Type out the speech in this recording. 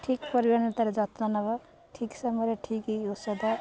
ଠିକ୍ ପରିମାଣରେ ତାର ଯତ୍ନ ନବ ଠିକ୍ ସମୟରେ ଠିକ୍ ଔଷଧ